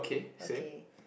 okay